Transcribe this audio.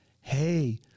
Hey